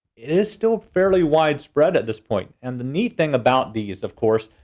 it is still fairly widespread at this point. and the neat thing about these of course,